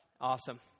Awesome